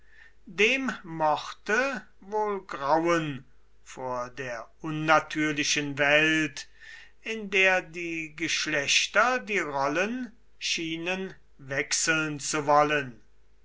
dem mochte wohl grauen vor der unnatürlichen welt in der die geschlechter die rollen schienen wechseln zu wollen